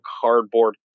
cardboard